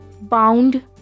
bound